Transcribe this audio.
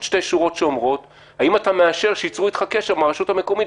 שורות שאומרות: "האם אתה מאשר שייצרו אתך קשר מהרשות המקומית?"